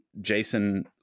jason